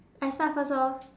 I start first orh